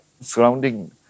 surrounding